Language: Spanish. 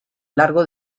largo